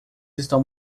estão